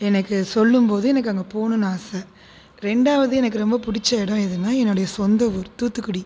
எனக்கு சொல்லும் போது எனக்கு அங்கே போகணும்னு ஆசை ரெண்டாவது எனக்கு ரொம்ப பிடிச்ச இடம் எதுனா என்னோடைய சொந்த ஊர் தூத்துக்குடி